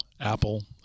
Apple